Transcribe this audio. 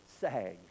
sag